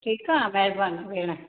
ठीकु आहे महिरबानी भेण